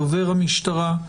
דובר המשטרה,